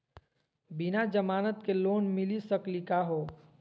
बिना जमानत के लोन मिली सकली का हो?